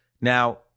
Now